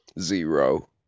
Zero